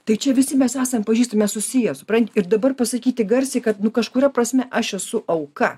tai čia visi mes esam pažįstamimes susiję supranti ir dabar pasakyti garsiai kad nu kažkuria prasme aš esu auka